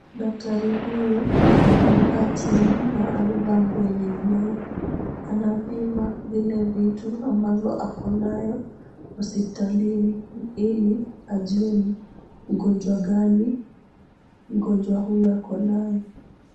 Daktari huyo amekaa chini na amevaa nguo yenye ni nyeupe. Anapima vile vitu ambavyo ako nayo, hospitalini, ili ajue ni ugonjwa gani mgonjwa huyo ako naye.